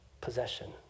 possession